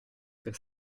per